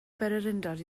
bererindod